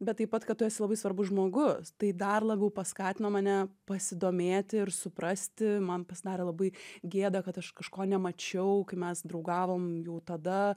bet taip pat kad tu esi labai svarbus žmogus tai dar labiau paskatino mane pasidomėti ir suprasti man pasidarė labai gėda kad aš kažko nemačiau kai mes draugavom jau tada